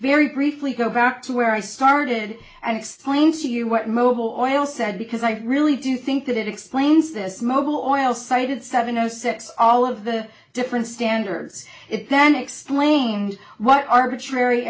very briefly go back to where i started and explain to you what mobile oil said because i really do think that it explains this mobile oil cited seven zero six all of the different standards it then explained what arbitrary